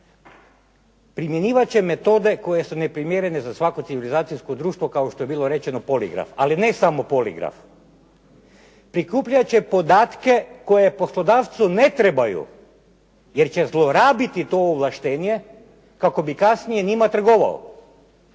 Primjenjivat će metode koje su neprimjerene za svako civilizacijsko društvo, kao što je bilo rečeno poligraf. Ali ne samo poligraf. Prikupljat će podatke koje poslodavcu ne trebaju jer će zlorabiti to ovlaštenje kako bi kasnije njima trgovao